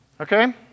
okay